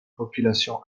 population